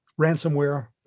ransomware